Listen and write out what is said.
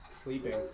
Sleeping